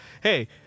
hey